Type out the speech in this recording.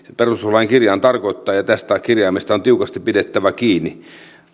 perustuslain kirjain tarkoittaa ja tästä kirjaimesta on tiukasti pidettävä kiinni